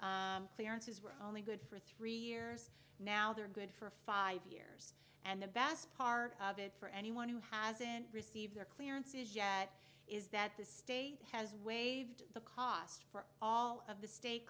clearances were only good for three years now they're good for five years and the best part of it for anyone who hasn't received their clearances yet is that the state has waived the cost for all of the state